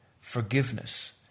forgiveness